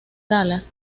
dallas